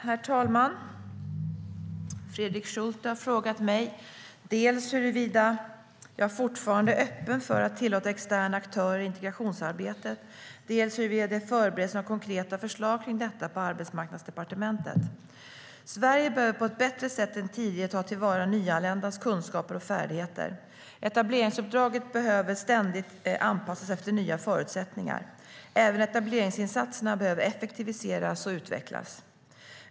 Herr talman! Fredrik Schulte har frågat mig dels huruvida jag fortfarande är öppen för att tillåta externa aktörer i integrationsarbetet, dels huruvida det förbereds några konkreta förslag kring detta på Arbetsmarknadsdepartementet. Sverige behöver på ett bättre sätt än tidigare ta till vara nyanländas kunskaper och färdigheter. Etableringsuppdraget behöver ständigt anpassas efter nya förutsättningar. Även etableringsinsatserna behöver effektiviseras och utvecklas.